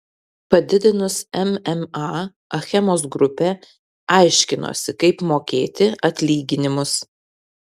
padidinus mma achemos grupė aiškinosi kaip mokėti atlyginimus